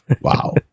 Wow